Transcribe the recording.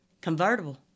Convertible